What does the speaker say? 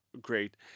great